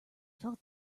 felt